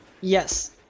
Yes